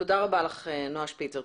תודה רבה לך, נועה שפיצר.